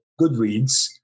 Goodreads